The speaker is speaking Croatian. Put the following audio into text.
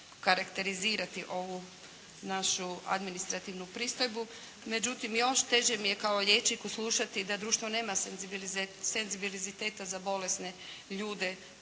karakterizirati ovu našu administrativnu pristojbu. Međutim, još teže mi je kao liječniku slušati da društvo nema senzibiliziteta za bolesne ljude